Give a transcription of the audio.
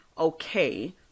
okay